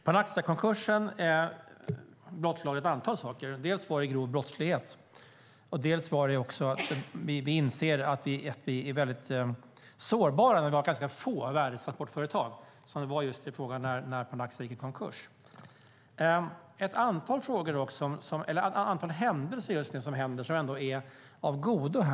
Panaxiakonkursen blottlade ett antal saker. Dels var det grov brottslighet, dels insåg vi att vi var ganska sårbara eftersom vi hade ganska få värdetransportföretag. Ett antal händelser är dock av godo.